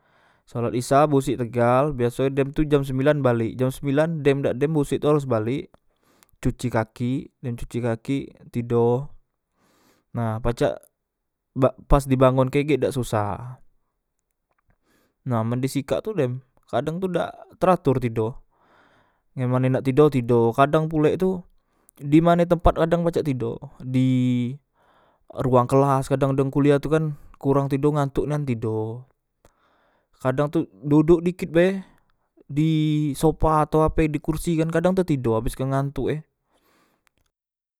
Sholat isya bosek tegal biasoe dem tu jam sembilan balek jam sembilan dem dak dem bosek tu harus balek cuci kaki dem cucik kaki tido nah pacak bak pas dibangon e gek dak susah nah men disikak tu dem kadang tu dak terator tido yang mane nak tido tido kadang pulek tu dimane tempat kadang pacak tido di ruang kelas kadang tu di ruang kelas kadang dem kuliah tu kan kurang tido ngantok nian tido kadang tu dodok dikit be di sopa atau ape di kursi kan kadang tetido abes saking ngantok e